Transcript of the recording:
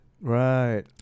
Right